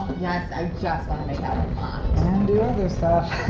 yes, i just want to make out a lot. and do other stuff.